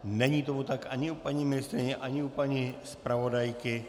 Není tomu tak ani u paní ministryně, ani u paní zpravodajky.